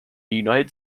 united